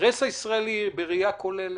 האינטרס הישראלי בראייה כוללת.